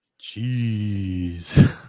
Jeez